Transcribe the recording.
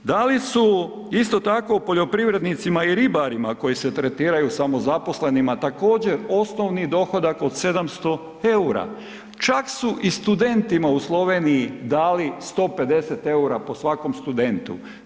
Da li su isto tako poljoprivrednicima i ribarima koji se tretiraju samozaspolenima također osnovni dohodak od 700 eura? čak su i studentima u Sloveniji dali 150 eura po svakom studentu.